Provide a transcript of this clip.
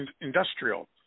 Industrial